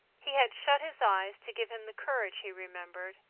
he had shut his eyes to give him the courage, he remembered,